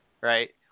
right